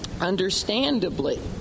Understandably